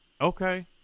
Okay